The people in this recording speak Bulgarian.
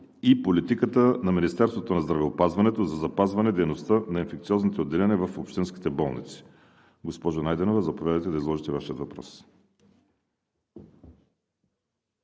и политиката на Министерството на здравеопазването за запазване дейността на инфекциозните отделения в общинските болници. Госпожо Найденова, заповядайте да изложите Вашия въпрос.